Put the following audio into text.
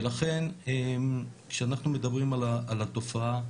ולכן כשאנחנו מדברים על התופעה,